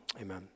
amen